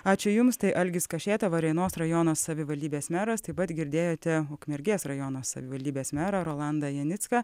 ačiū jums tai algis kašėta varėnos rajono savivaldybės meras taip pat girdėjote ukmergės rajono savivaldybės merą rolandą janicką